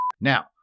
Now